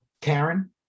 Karen